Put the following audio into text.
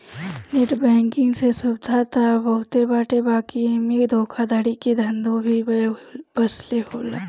net banking से सुविधा त बहुते बाटे बाकी एमे धोखाधड़ी के धंधो भी बेसिये होता